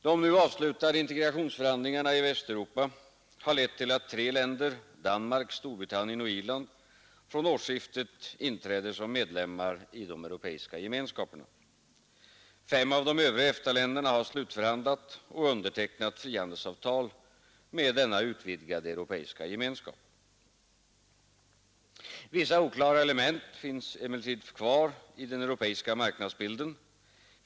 De nu avslutade integrationsförhandlingarna i Västeuropa har lett till att tre länder, Danmark, Storbritannien och Irland, från årsskiftet inträder som medlemmar i de europeiska gemenskaperna. Fem av de övriga EFTA-länderna har slutförhandlat och undertecknat frihandelsavtal med denna utvidgade europeiska gemenskap. Vissa oklara element finns emellertid kvar i den europeiska marknadsbilden.